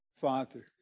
Father